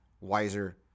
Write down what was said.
wiser